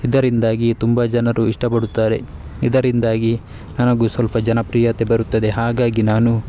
ಇದರಿಂದಾಗಿ ತುಂಬ ಜನರು ಇಷ್ಟಪಡುತ್ತಾರೆ ಇದರಿಂದಾಗಿ ನನಗೂ ಸ್ವಲ್ಪ ಜನಪ್ರಿಯತೆ ಬರುತ್ತದೆ ಹಾಗಾಗಿ ನಾನು